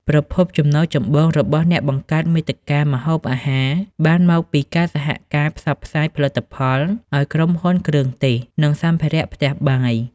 ប្រភពចំណូលចម្បងរបស់អ្នកបង្កើតមាតិកាម្ហូបអាហារបានមកពីការសហការផ្សព្វផ្សាយផលិតផល ឱ្យក្រុមហ៊ុនគ្រឿងទេស និងសម្ភារៈផ្ទះបាយ។